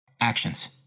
Actions